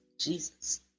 Jesus